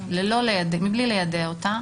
מבלי ליידע אותה.